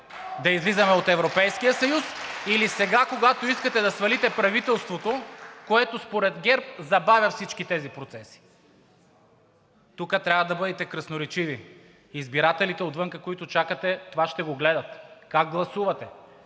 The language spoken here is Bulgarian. за България“), или сега, когато искате да свалите правителството, което според ГЕРБ забавя всички тези процеси? Тук трябва да бъдете красноречиви. Избирателите отвън, които чакат, това ще го гледат, как гласувате